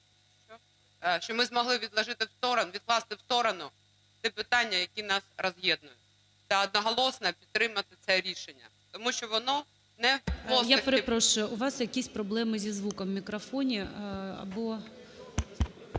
в сторону, відкласти в сторону ті питання, які нас роз'єднують та одноголосно підтримати це рішення, тому що воно… ГОЛОВУЮЧИЙ. Я перепрошую. У вас якісь проблеми зі звуком в мікрофоні або…